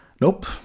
Nope